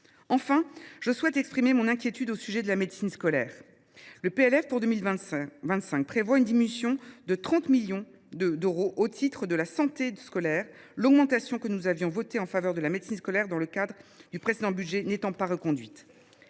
Enfin, je souhaite exprimer mon inquiétude au sujet de la médecine scolaire. Le PLF pour 2025 prévoit une diminution de 30 millions d’euros des crédits consacrés à la santé scolaire, l’augmentation que nous avions votée dans le cadre du précédent budget n’étant pas reconduite.